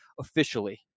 officially